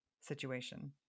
situation